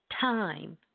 time